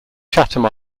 chatham